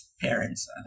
parents